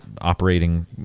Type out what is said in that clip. operating